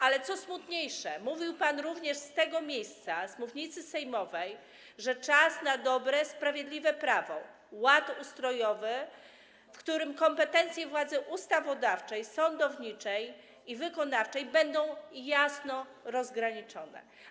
Ale co smutniejsze, mówił pan również z tego miejsca, z mównicy sejmowej, że czas na dobre, sprawiedliwe prawo, ład ustrojowy, w którym kompetencje władzy ustawodawczej, sądowniczej i wykonawczej będą jasno rozgraniczone.